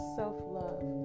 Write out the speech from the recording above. self-love